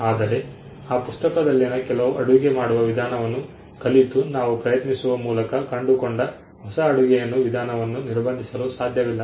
ಆದರೆ ಆ ಪುಸ್ತಕದಲ್ಲಿನ ಕೆಲವು ಅಡುಗೆ ಮಾಡುವ ವಿಧಾನವನ್ನು ಕಲಿತು ತಾವು ಪ್ರಯತ್ನಿಸುವ ಮೂಲಕ ಕಂಡುಕೊಂಡ ಹೊಸ ಅಡುಗೆಯನ್ನು ವಿಧಾನವನ್ನು ನಿರ್ಬಂಧಿಸಲು ಸಾಧ್ಯವಿಲ್ಲ